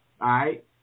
right